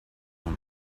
born